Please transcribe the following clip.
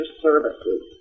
Services